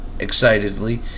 excitedly